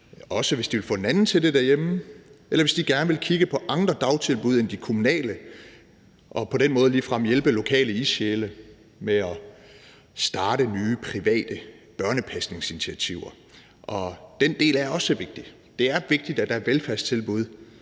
også hvis de vil få en anden til det derhjemme, eller hvis de gerne vil kigge på andre dagtilbud end de kommunale og på den måde ligefrem hjælpe lokale ildsjæle med at starte nye private børnepasningsinitiativer, og den del er også vigtig. Det er vigtigt, at der er velfærdstilbud,